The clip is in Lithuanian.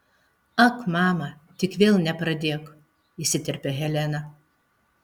ak mama tik vėl nepradėk įsiterpia helena